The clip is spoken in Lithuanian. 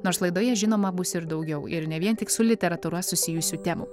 nors laidoje žinoma bus ir daugiau ir ne vien tik su literatūra susijusių temų